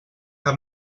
cap